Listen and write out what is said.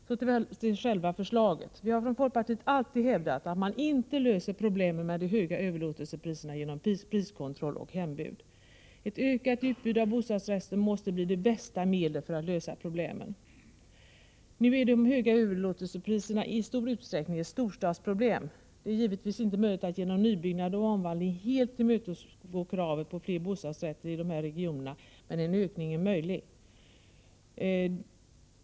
Så till själva förslaget. Vi har från folkpartiet aldrig hävdat att man löser problemen med de höga överlåtelsepriserna genom priskontroll och hembud. Ett ökat utbud av bostadsrätter måste bli det bästa medlet för att lösa problemen. Nu är de höga överlåtelsepriserna i stor utsträckning ett storstadsproblem. Det är givetvis inte möjligt att genom nybyggnad och omvandling helt tillmötesgå kravet på fler bostadsrätter i dessa regioner, men en ökning är möjlig.